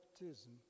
baptism